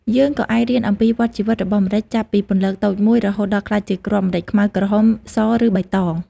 យើងក៏អាចរៀនអំពីវដ្ដជីវិតរបស់ម្រេច ចាប់ពីពន្លកតូចមួយ រហូតដល់ក្លាយជាគ្រាប់ម្រេចខ្មៅ ក្រហម ស ឬបៃតង ។